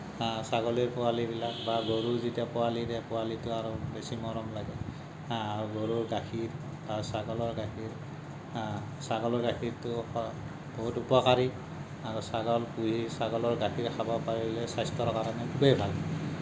ছাগলীৰ পোৱালীবিলাক বা গৰু যেতিয়া পোৱালী দিয়ে পোৱালীটো আৰু বেছি মৰম লাগে হা আৰু গৰুৰ গাখীৰ আৰু ছাগলৰ গাখীৰ হা ছাগলৰ গাখীৰটো আকৌ বহুত উপকাৰী আৰু ছাগল পুহি ছাগলৰ গাখীৰ খাব পাৰিলে স্বাস্থ্যৰ কাৰণে খুবেই ভাল